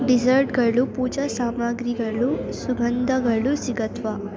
ಡಿಸರ್ಟ್ಗಳು ಪೂಜಾ ಸಾಮಗ್ರಿಗಳು ಸುಗಂಧಗಳು ಸಿಗುತ್ವಾ